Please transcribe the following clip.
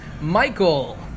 Michael